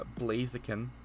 Blaziken